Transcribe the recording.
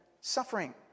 suffering